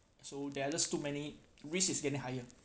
so there are just too many risk is getting higher